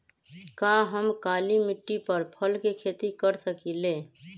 का हम काली मिट्टी पर फल के खेती कर सकिले?